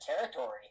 territory